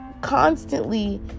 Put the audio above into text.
Constantly